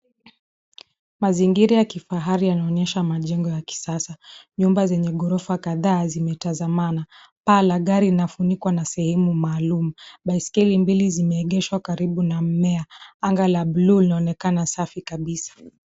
Mazingira ya kifahari yanaonyesha majengo ya kisasa. Nyumba zenye ghorofa kadhaa zimetazamana. Paa la gari inafunikwa na sehemu maalum. Baiskeli mbili zimeegeshwa karibu na mmea. Anga la buluu linaonekana safi kabisa.